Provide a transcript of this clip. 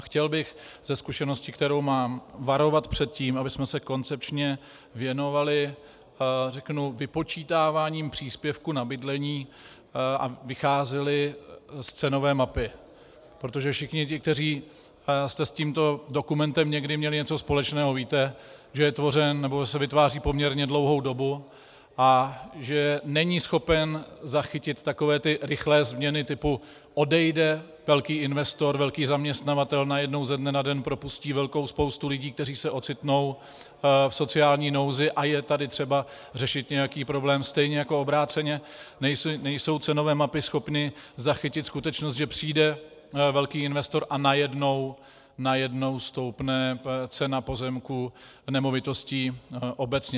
Chtěl bych ze zkušenosti, kterou mám, varovat před tím, abychom se koncepčně věnovali, řeknu, vypočítáváním příspěvku na bydlení a vycházeli z cenové mapy, protože všichni ti, kteří jste s tímto dokumentem někdy měli něco společného, víte, že se vytváří poměrně dlouhou dobu a že není schopen zachytit takové ty rychlé změny typu odejde velký investor, velký zaměstnavatel, najednou ze dne na den propustí velkou spoustu lidí, kteří se ocitnou v sociální nouzi, a je tady třeba řešit nějaký problém, stejně jako obráceně nejsou cenové mapy schopny zachytit skutečnost, že přijde velký investor a najednou stoupne cena pozemků a nemovitostí obecně.